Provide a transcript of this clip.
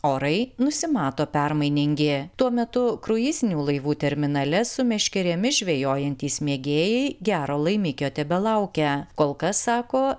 orai nusimato permainingi tuo metu kruizinių laivų terminale su meškerėmis žvejojantys mėgėjai gero laimikio tebelaukia kol kas sako